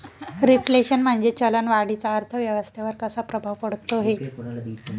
Reflation म्हणजे चलन वाढीचा अर्थव्यवस्थेवर कसा प्रभाव पडतो है?